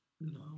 No